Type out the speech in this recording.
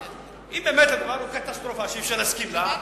אם באמת הדבר הוא קטסטרופה שאי-אפשר להסכים לה.